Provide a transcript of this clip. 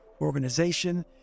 organization